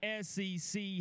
SEC